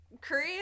Korea